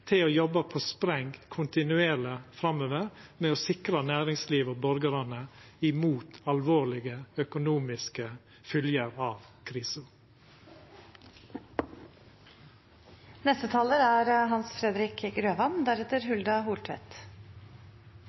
til å jobba på spreng kontinuerleg framover med å sikra næringslivet og borgarane mot alvorlege økonomiske fylgjer av